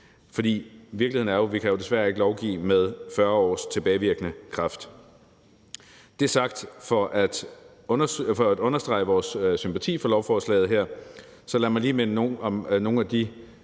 For virkeligheden er jo, at vi desværre ikke kan lovgive med 40 års tilbagevirkende kraft. Når det er sagt for at understrege vores sympati for lovforslaget her, så lad mig lige minde om nogle af de